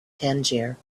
tangier